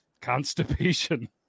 constipation